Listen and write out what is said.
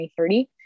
2030